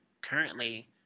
currently